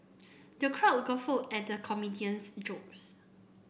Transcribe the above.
the crowd guffawed at the comedian's jokes